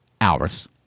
Hours